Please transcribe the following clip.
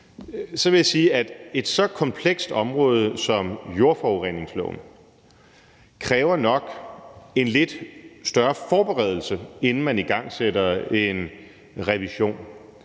så vil jeg sige, at det på så komplekst et område som det med jordforureningsloven nok kræver lidt mere forberedelse, inden man igangsætter en revision;